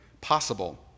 possible